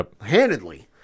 handedly